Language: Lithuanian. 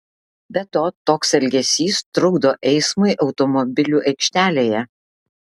be to toks elgesys trukdo eismui automobilių aikštelėje